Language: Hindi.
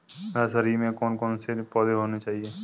नर्सरी में कौन कौन से पौधे होने चाहिए?